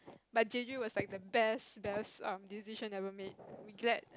but Jeju was like the best best um decision ever made we glad